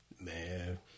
man